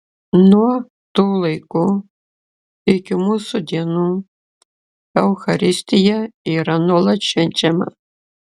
nuo tų laikų iki mūsų dienų eucharistija yra nuolat švenčiama